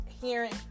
hearing